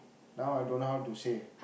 now I don't know how to say